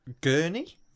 Gurney